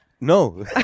No